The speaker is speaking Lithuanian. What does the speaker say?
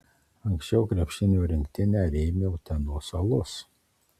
anksčiau krepšinio rinktinę rėmė utenos alus